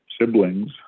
siblings